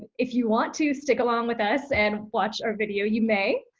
if you want to stick along with us and watch our video, you may.